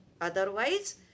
otherwise